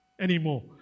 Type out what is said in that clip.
anymore